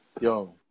yo